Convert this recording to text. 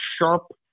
sharp